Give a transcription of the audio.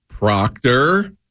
Proctor